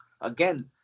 Again